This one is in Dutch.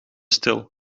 stil